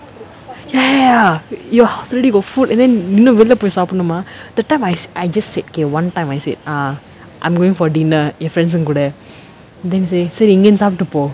ya ya ya ya your house already go food and then இன்னும் வெளில போய் சாப்டனுமா:innum velila poyi saapdanumaa that time I say I just said okay one time I said err I'm going for dinner யே:yae friends ங்க கூட:nga kooda then say சரி இங்க இந்து இது சாப்டுட்டு போ:sari inga ithu saaptuttu po